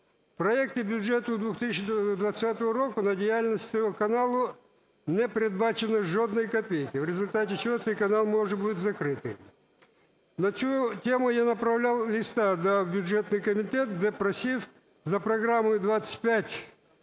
проекті бюджету 2020 року на діяльність цього каналу не передбачено жодної копійки, в результаті чого цей канал може бути закритий. На цю тему я направляв листа до бюджетного комітету, де просив за програмою 251120...